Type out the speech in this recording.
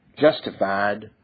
Justified